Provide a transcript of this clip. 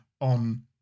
on